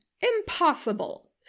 Impossible